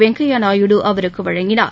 வெங்கைய நாயுடு அவருக்கு வழங்கினார்